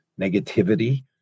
negativity